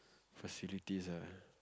facilities ah